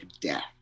death